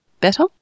Better